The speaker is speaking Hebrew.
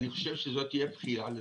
אני חושב שזאת תהיה בכייה לדורות.